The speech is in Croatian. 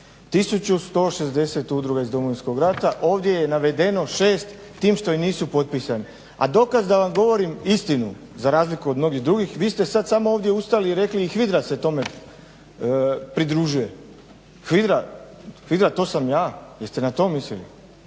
160 udruga iz Domovinskog rata, ovdje je navedeno 6 tim što im nisu potpisani a dokaz da vam govorim istinu za razliku od mnogih drugih vi ste sad samo ovdje ustali i rekli i HVIDRA se tome pridružuje. HVIDRA to sam ja? Jeste na to mislili?